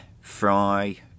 Fry